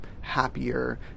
happier